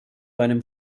einem